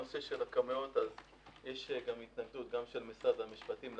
יש התנגדות גם של משרד המשפטים,